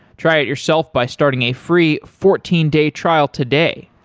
try it yourself by starting a free fourteen day trial today.